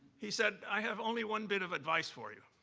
he said, i have only one bit of advice for you.